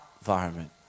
environment